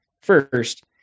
first